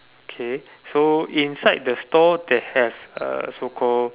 K so inside the store they have uh so called